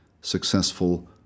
successful